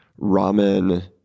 ramen